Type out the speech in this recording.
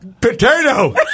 Potato